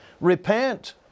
Repent